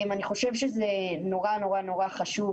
אני חושב שזה נורא חשוב